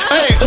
Hey